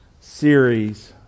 series